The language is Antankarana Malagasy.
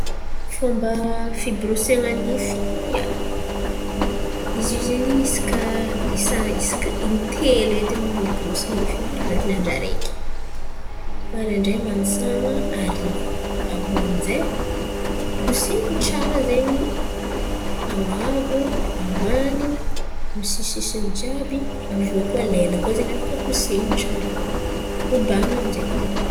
Fômba fiborosian̈a nify, ia, izy io zen̈y isaka intelo edy miborosy nify edy ai an̈atin̈y andra araiky. Maraindrain̈y, matsan̈a, hariva. Avô amin'jay kosehin̈y tsara zen̈y an̈abo, ambany, amy ny sisisisin̈y jiàby avô koa lela koa zen̈y afaka kosehin̈y tsara koa, omban̈ina amin'jay.